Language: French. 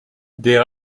des